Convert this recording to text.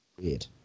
Weird